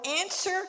answer